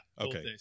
okay